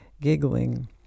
giggling